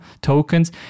tokens